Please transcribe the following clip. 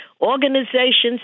Organizations